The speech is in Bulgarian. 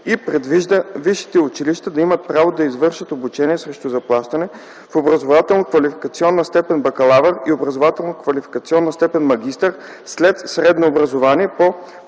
и предвижда висшите училища да имат право да извършват обучение срещу заплащане в образователно-квалификационна степен „бакалавър” и в образователно-квалификационна степен „магистър” след средно образование по